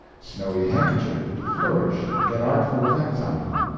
snowy handkerchief to flourish and get artful effects out of,